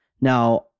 Now